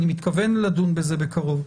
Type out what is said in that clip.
אני מתכוון לדון בזה בקרוב.